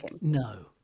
No